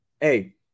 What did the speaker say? hey